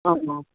ꯑꯣ